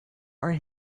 are